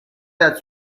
that